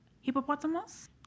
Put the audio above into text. hippopotamus